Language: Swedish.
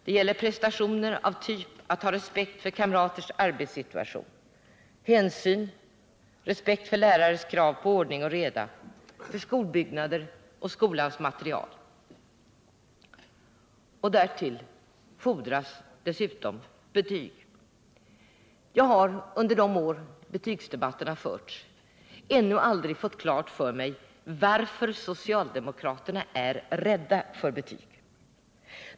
Det gäller också prestationer av typen att ha respekt för kamraters arbetssituation, att ta hänsyn, att ha respekt för lärares krav på ordning och reda, för skolbyggnader och för skolans materiel. Det fordras dessutom betyg. Jag har under de år som betygsdebatten har förts aldrig fått klart för mig varför socialdemokraterna är rädda för betyg.